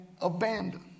abandoned